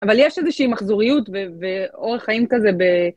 אבל יש איזושהי מחזוריות ואורח חיים כזה ב...